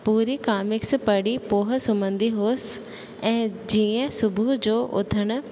पूरी कामिक्स पढ़ी पोइ सुम्हंदी हुअसि ऐं जीअं सुबुह जो उथण